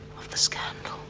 of the scandal.